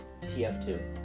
TF2